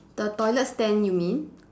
the toilet stand you mean